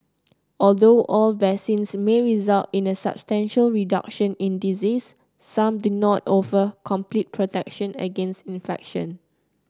although all vaccines may result in a substantial reduction in disease some do not offer complete protection against infection